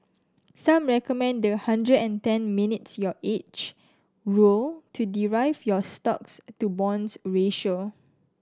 some recommend the hundred and ten minus your age rule to derive your stocks to bonds ratio